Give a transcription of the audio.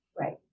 Right